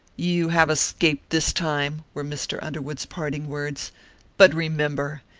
you have escaped this time, were mr. underwood's parting words but remember,